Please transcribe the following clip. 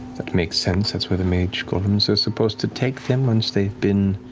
that makes sense. that's where the mage golems are supposed to take them once they've been